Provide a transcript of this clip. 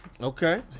Okay